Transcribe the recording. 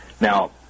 Now